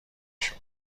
بشو